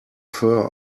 fur